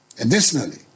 Additionally